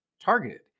targeted